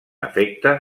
efecte